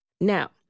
Now